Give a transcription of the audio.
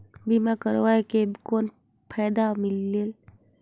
बीमा करवाय के कौन फाइदा मिलेल?